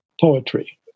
poetry